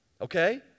Okay